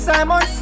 Simon